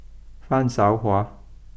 Fan Shao Hua